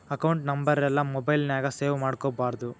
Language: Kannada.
ಅಕೌಂಟ್ ನಂಬರೆಲ್ಲಾ ಮೊಬೈಲ್ ನ್ಯಾಗ ಸೇವ್ ಮಾಡ್ಕೊಬಾರ್ದು